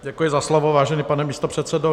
Děkuji za slovo, vážený pane místopředsedo.